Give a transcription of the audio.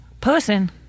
Person